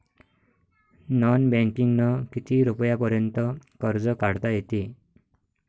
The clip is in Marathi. नॉन बँकिंगनं किती रुपयापर्यंत कर्ज काढता येते?